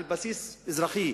על בסיס אזרחי,